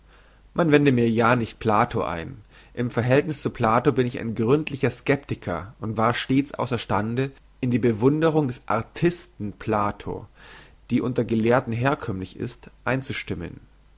man wende mir ja nicht plato ein im verhältniss zu plato bin ich ein gründlicher skeptiker und war stets ausser stande in die bewunderung des artisten plato die unter gelehrten herkömmlich ist einzustimmen